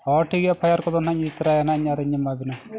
ᱦᱮᱸ ᱴᱷᱤᱠ ᱜᱮᱭᱟ ᱠᱚᱫᱚ ᱱᱟᱦᱟᱜ ᱤᱧ ᱤᱫᱤ ᱛᱚᱨᱟᱭᱟ ᱱᱟᱦᱟᱜ ᱤᱧ ᱟᱨᱤᱧ ᱮᱢᱟᱜ ᱵᱮᱱᱟ